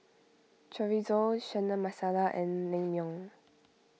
Chorizo Chana Masala and Naengmyeon